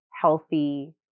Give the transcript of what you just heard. healthy